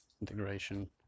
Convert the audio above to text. integration